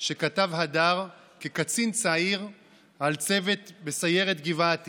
שכתב הדר כקצין צעיר על צוות בסיירת גבעתי